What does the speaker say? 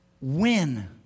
win